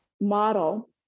model